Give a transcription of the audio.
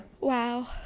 Wow